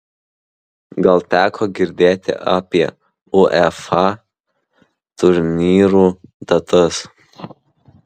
gal teko girdėti apie uefa turnyrų datas